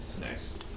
Nice